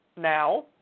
Now